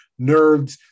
nerds